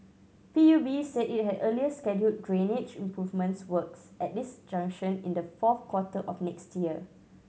P U B said it had earlier scheduled drainage improvement works at this junction in the fourth quarter of next year